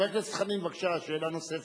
חבר הכנסת חנין, בבקשה, שאלה נוספת.